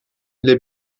ile